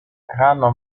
rano